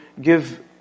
give